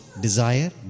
desire